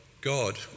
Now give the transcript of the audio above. God